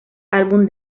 álbum